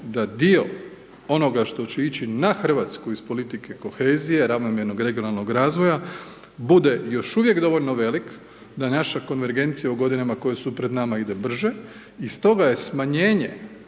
da dio onoga što će ići na Hrvatsku, iz politike kohezije ravnomjernog regionalnog razvoja, bude još uvijek dovoljno velik, da naša konvergencija u godinama koje su pred nama idu brže i stoga je smanjenje